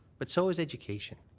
but so is education.